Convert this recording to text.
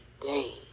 day